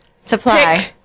supply